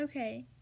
Okay